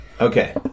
Okay